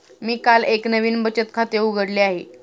मी काल एक नवीन बचत खाते उघडले आहे